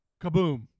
kaboom